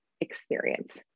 experience